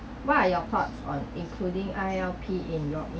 what are your thoughts on including I_L_P in your in~